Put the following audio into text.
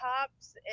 cops